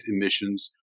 emissions